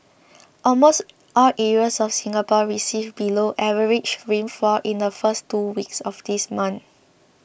almost all areas of Singapore received below average rainfall in the first two weeks of this month